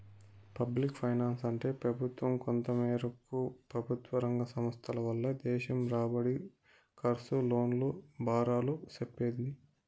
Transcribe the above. public ఫైనాన్సంటే పెబుత్వ, కొంతమేరకు పెబుత్వరంగ సంస్థల వల్ల దేశం రాబడి, కర్సు, లోన్ల బారాలు సెప్పేదే